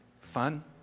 fun